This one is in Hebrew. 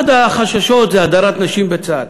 אחד החששות זה הדרת נשים בצה"ל.